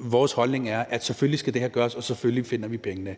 vores holdning er, at det her selvfølgelig skal gøres, og at vi selvfølgelig finder pengene.